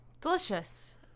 delicious